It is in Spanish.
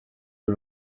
del